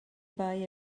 buy